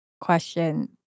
question